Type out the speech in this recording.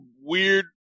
weird